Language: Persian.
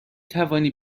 توانی